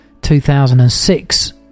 2006